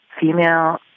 female